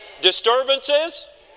disturbances